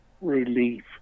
relief